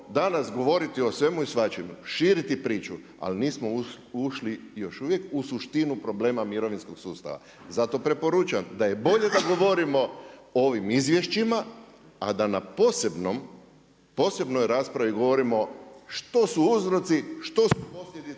danas govoriti o svemu i svačemu, širiti priču, ali nismo ušli još uvijek u suštinu problema mirovinskog sustava. Zato preporučam, da je bolje da govorimo o ovim izvješćima a da na posebnoj raspravi govorimo što su uzroci, što su posljedice